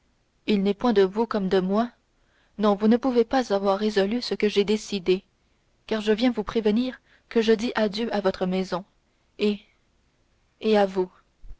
il n'est point de vous comme de moi non vous ne pouvez pas avoir résolu ce que j'ai décidé car je viens vous prévenir que je dis adieu à votre maison et et à vous